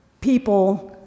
people